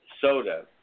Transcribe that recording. soda